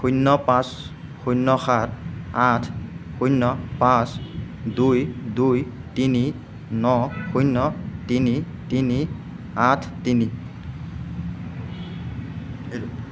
শূন্য পাঁচ শূন্য সাত আঠ শূন্য পাঁচ দুই দুই তিনি ন শূন্য তিনি তিনি আঠ তিনি